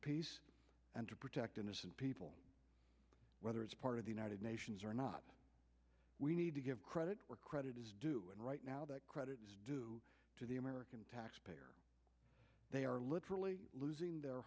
peace and to protect innocent people whether it's part of the united nations or not we need to give credit where credit is due and right now that credit is due to the american taxpayer they are literally losing their